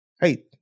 Hey